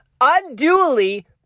unduly